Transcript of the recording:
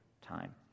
time